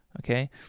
okay